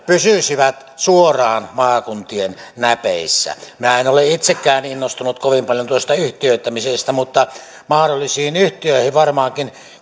pysyisivät suoraan maakuntien näpeissä minä en ole itsekään innostunut kovin paljon tuosta yhtiöittämisestä mutta mahdollisiin yhtiöihin varmaankin